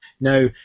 Now